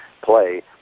play